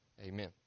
amen